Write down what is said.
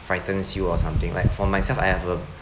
frightens you or something like for myself I have a